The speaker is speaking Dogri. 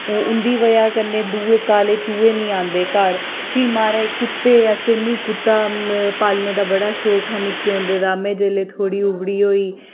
उं'दी बजह् कन्नै दुए काले चुहे नी आंदे घर फ्ही महाराज कुत्ते असें मी कुत्ता पालने दा बड़ा शौक हा निक्के होंदे दा में जोल्लै थोह्ड़ी उबड़ी होई